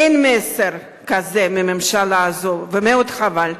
אין מסר כזה מהממשלה הזו, ומאוד חבל.